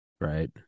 right